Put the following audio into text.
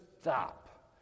stop